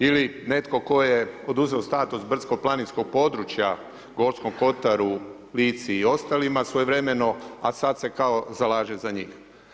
Ili netko tko je oduzeo status brdsko-planinskog Gorskom kotaru, Lici i ostalima svojevremeno, a sad se kao zalaže za njih.